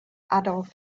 adolf